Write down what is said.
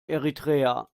eritrea